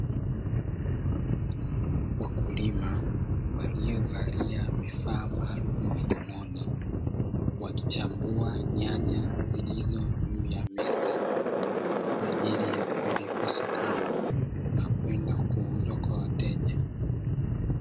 Wakulima waliovalia vifaa maalumu mkononi, wakichambua nyanya zilizopo juu ya meza kwa ajili ya kupelekwa sokoni na kwenda kuuzwa kwa wateja.